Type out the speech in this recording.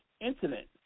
incident